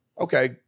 Okay